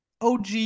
OG